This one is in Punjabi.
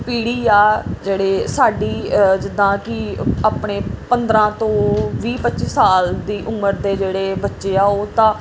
ਪੀੜ੍ਹੀ ਆ ਜਿਹੜੇ ਸਾਡੀ ਜਿੱਦਾਂ ਕਿ ਆਪਣੇ ਪੰਦਰਾਂ ਤੋਂ ਵੀਹ ਪੱਚੀ ਸਾਲ ਦੀ ਉਮਰ ਦੇ ਜਿਹੜੇ ਬੱਚੇ ਆ ਉਹ ਤਾਂ